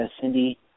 Cindy